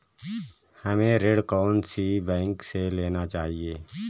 हमें ऋण कौन सी बैंक से लेना चाहिए?